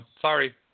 Sorry